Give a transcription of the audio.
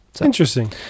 Interesting